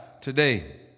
today